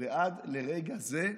ועד לרגע זה,